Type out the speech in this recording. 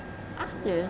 ah serious